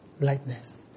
lightness